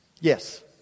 yes